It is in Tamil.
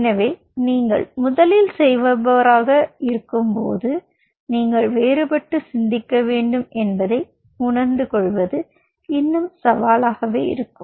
எனவே நீங்கள் முதலில் செய்பவராக இருக்கும்போது நீங்கள் வேறுபட்டு சிந்திக்க வேண்டும் என்பதை உணர்ந்து கொள்வது இன்னும் சவாலானது